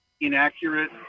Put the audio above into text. inaccurate